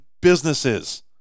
businesses